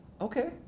Okay